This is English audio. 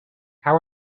how